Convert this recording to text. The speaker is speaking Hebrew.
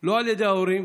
לא על די ההורים,